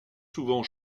souvent